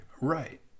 Right